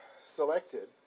selected